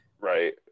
Right